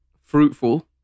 fruitful